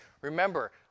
remember